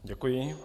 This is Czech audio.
Děkuji.